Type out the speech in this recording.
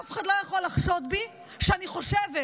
אף אחד לא יכול לחשוד בי שאני חושבת